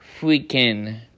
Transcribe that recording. freaking